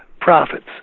profits